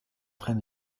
train